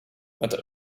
met